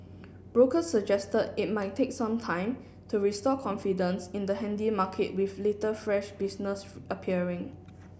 brokers suggested it might take some time to restore confidence in the handy market with little fresh business appearing